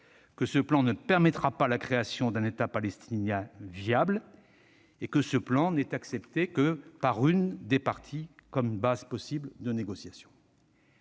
qu'il ne permettra pas la création d'un État palestinien viable et qu'il n'est accepté que par l'une des parties comme une base possible de négociation.